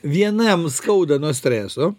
vienam skauda nuo streso